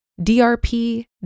DRP